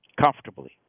comfortably